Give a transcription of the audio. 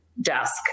desk